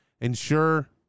ensure